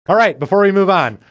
but right. before we move on,